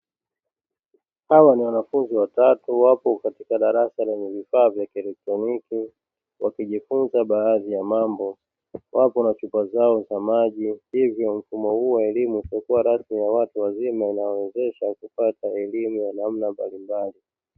Hawa ni wanafunzi watatu wapo katika darasa lenye vifaa vya kielektroniki wakijifunza baadhi ya mambo; wapo na chupa zao za maji. Hivyo mfumo huu wa elimu usiokuwa rasmi ya watu wazima inayowawezesha kupata elimu ya namna mbalimbali.